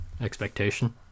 expectation